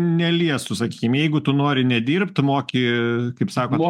neliestų sakykim jeigu tu nori nedirbt moki kaip sakot